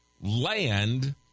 land